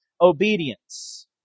obedience